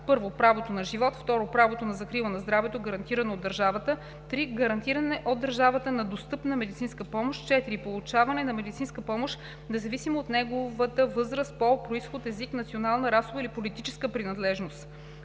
са: 1. право на живот; 2. право на закрила на здравето, гарантирано от държавата; 3. гарантиране от държавата на достъпна медицинска помощ; 4. получаване на медицинска помощ независимо от неговата възраст, пол, произход, език, национална, расова или политическа принадлежност,